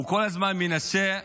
הוא כל הזמן מנסה,